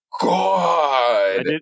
God